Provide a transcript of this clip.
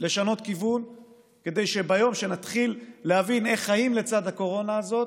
לשנות כיוון כדי שביום שנתחיל להבין איך חיים לצד הקורונה הזאת,